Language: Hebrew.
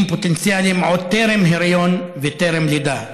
פוטנציאליים עוד טרם היריון וטרם לידה.